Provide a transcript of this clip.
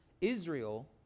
Israel